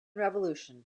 revolution